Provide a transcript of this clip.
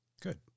Good